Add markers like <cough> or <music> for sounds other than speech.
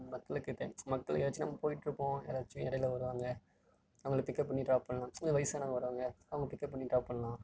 மக்களுக்கு <unintelligible> மக்களும் எங்கேயாச்சும் நம்ம போயிட்டிருப்போம் யாராச்சும் இடையில வருவாங்க அவங்களை பிக்கப் பண்ணி டிராப் பண்ணலாம் இல்லை வயசானவங்க வராங்க அவங்களை பிக்கப் பண்ணி டிராப் பண்ணலாம்